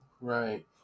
Right